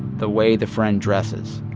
the way the friend dresses.